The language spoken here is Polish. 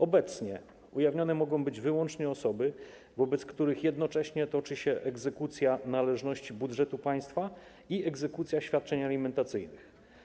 Obecnie ujawnione mogą być wyłącznie osoby, wobec których jednocześnie toczy się egzekucja należności budżetu państwa i egzekucja świadczeń alimentacyjnych.